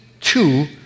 two